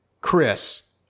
Chris